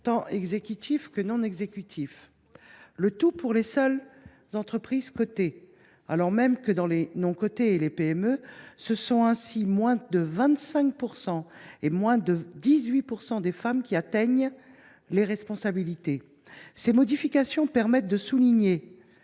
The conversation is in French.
tant exécutifs que non exécutifs. Ces dispositions concernent les seules entreprises cotées, alors même que, dans les sociétés non cotées et les PME, respectivement moins de 25 % et moins de 18 % de femmes atteignent ces responsabilités. Ces modifications permettent de souligner